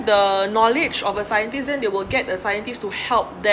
the knowledge of a scientist then they will get a scientist to help them